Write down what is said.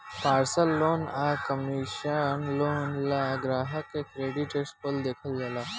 personal loan आ commercial loan ला ग्राहक के क्रेडिट स्कोर देखल जाला